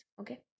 okay